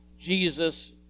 Jesus